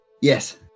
Yes